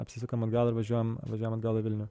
apsisukam atgal ir važiuojam važiuojam atgal į vilnių